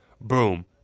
boom